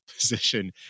position